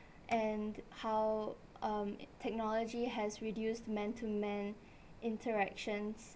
and how um technology has reduced man to man interactions